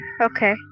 Okay